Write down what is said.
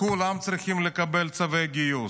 כולם צריכים לקבל צווי גיוס.